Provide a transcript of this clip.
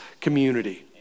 community